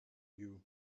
you